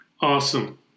Awesome